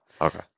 Okay